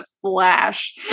flash